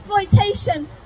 exploitation